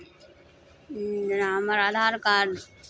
ई जेना हमर आधार कार्ड